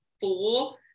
four